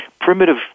primitive